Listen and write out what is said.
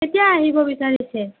কেতিয়া আহিব বিচাৰিছে